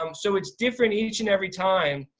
um so it's different each and every time,